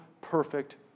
perfect